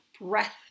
breath